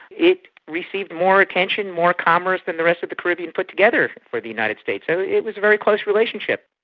it received more attention, more commerce than the rest of the caribbean put together for the united states, so it was a very close relationship.